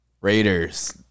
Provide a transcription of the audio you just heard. Raiders